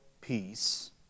peace